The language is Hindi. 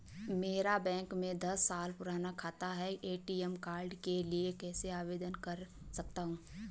मेरा बैंक में दस साल पुराना खाता है मैं ए.टी.एम कार्ड के लिए कैसे आवेदन कर सकता हूँ?